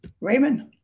Raymond